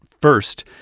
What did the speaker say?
first